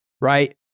right